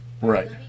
Right